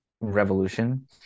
revolution